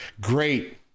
great